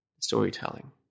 storytelling